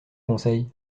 conseil